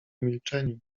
milczeniu